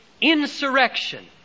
insurrection